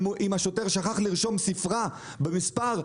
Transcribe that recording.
אם השוטר שכח לרשום ספרה במספר,